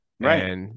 Right